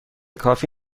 کافی